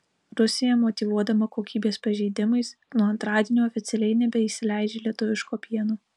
rusija motyvuodama kokybės pažeidimais nuo antradienio oficialiai nebeįsileidžia lietuviško pieno